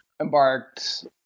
embarked